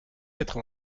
quatre